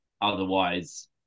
otherwise